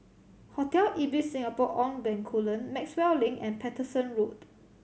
Hotel Ibis Singapore On Bencoolen Maxwell Link and Paterson Road